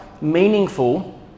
meaningful